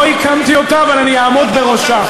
לא הקמתי אותה, אבל אני אעמוד בראשה.